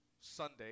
Sunday